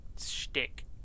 shtick